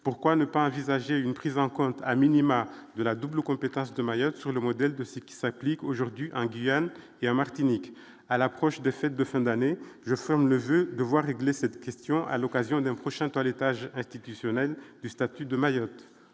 pourquoi ne pas envisager une prise en compte, a minima de la double compétence de Mayotte, sur le modèle de ce qui s'applique aujourd'hui en Guyane et en Martinique, à l'approche des fêtes de fin d'année, je forme le voeu de voir régler cette question à l'occasion d'un prochain toilettage institutionnel du statut de Mayotte,